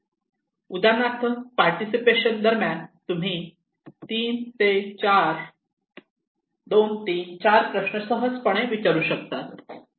उदाहरणार्थ पार्टिसिपेशन दरम्यान तुम्ही दोन तीन चार प्रश्न सहजपणे विचारू शकता